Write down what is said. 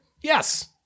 Yes